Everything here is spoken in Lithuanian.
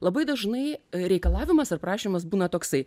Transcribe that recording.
labai dažnai reikalavimas ar prašymas būna toksai